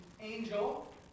angel